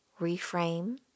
reframe